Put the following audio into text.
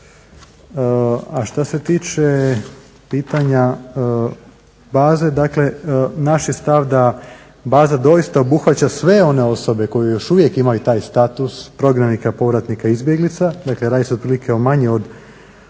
A što se tiče pitanja baze, dakle naš je stav da baza doista obuhvaća sve one osobe koje još uvijek imaju taj status prognanika, povratnika i izbjeglica. Dakle, radi se otprilike o manje od